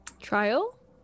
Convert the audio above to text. Trial